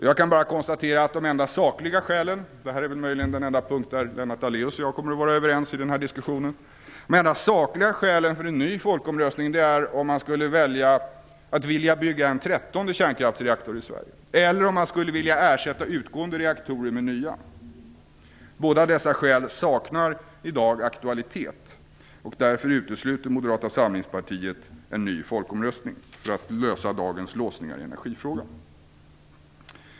Jag kan bara konstatera att de enda sakliga skälen - detta är möjligen den enda punkt i diskussionen där Lennart Daléus och jag kommer att vara överens - till en ny folkomröstning skulle vara att man ville bygga en trettonde kärnkraftsreaktor i Sverige eller ersätta utgående reaktorer men nya. Båda dessa skäl saknar i dag aktualitet. Därför utesluter Moderata samlingspartiet en ny folkomröstning för att lösa dagens låsningar i energifrågan.